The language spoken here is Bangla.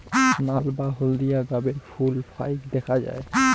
নাল বা হলদিয়া গাবের ফুল ফাইক দ্যাখ্যা যায়